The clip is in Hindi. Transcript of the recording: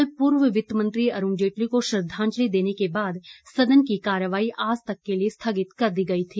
कल पूर्व वित्त मंत्री अरुण जेटली को श्रद्धांजलि देने के बाद सदन की कार्यवाही आज तक के लिये स्थगित कर दी गई थी